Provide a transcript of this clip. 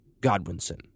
Godwinson